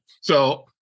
So-